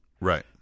Right